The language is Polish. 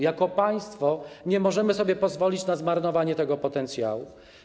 Jako państwo nie możemy sobie pozwolić na zmarnowanie tego potencjału.